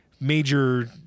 major